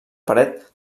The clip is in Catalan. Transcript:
paret